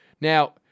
now